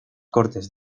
cortes